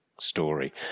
story